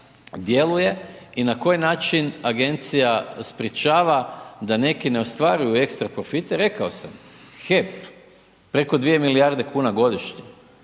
i na koji način agencija sprječava da neki ne ostvaruju ekstra profite. Rekao sam, HEP preko 2 milijarde kuna godišnje.